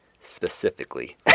Specifically